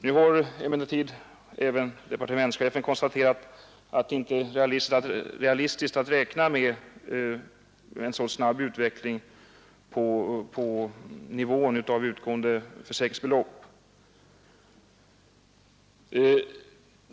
Nu har emellertid även departementschefen konstaterat att det inte är realistiskt att räkna med en så snabb utveckling av nivån av utgående försäkringsbelopp.